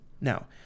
Now